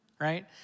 Right